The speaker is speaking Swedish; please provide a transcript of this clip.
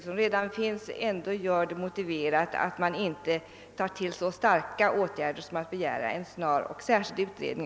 Reservanterna däremot är litet mer angelägna och yrkar att frågan snarast skall utredas.